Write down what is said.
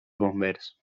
bombers